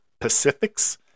pacifics